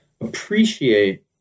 appreciate